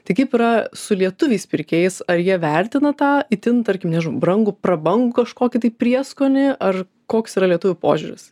tai kaip yra su lietuviais pirkėjais ar jie vertina tą itin tarkim nežinau brangų prabangų kažkokį tai prieskonį ar koks yra lietuvių požiūris